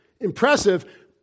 impressive